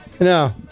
No